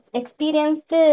experienced